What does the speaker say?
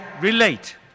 relate